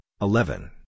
eleven